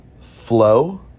flow